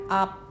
up